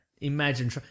Imagine